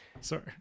Sorry